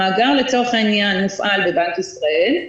המאגר לצורך העניין מופעל בבנק ישראל,